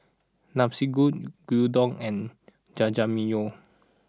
Gyudon and Jajangmyeon